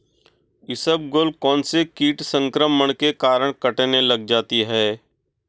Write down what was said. इसबगोल कौनसे कीट संक्रमण के कारण कटने लग जाती है?